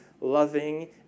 loving